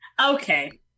Okay